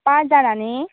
पांच जाणां न्ही